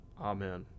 Amen